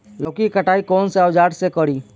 लौकी के कटाई कौन सा औजार से करी?